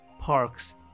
parks